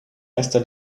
erster